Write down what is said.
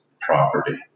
property